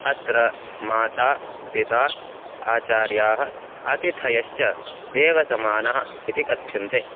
अत्र माता पिता आचार्याः अतिथयश्च देवसमानाः इति कथ्यन्ते